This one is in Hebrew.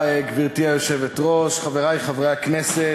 גברתי היושבת-ראש, תודה רבה, חברי חברי הכנסת,